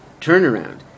turnaround